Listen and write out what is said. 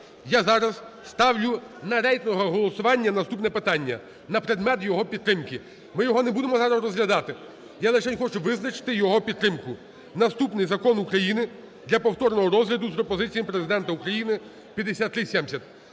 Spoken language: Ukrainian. Я зараз ставлю на рейтингове голосування наступне питання на предмет його підтримки. Ми його не будемо зараз розглядати, я лишень хочу визначити його підтримку. Наступний Закон України для повторного розгляду з пропозиціями Президента України (5370).